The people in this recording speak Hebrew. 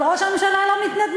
אבל ראש הממשלה לא מתנדנד,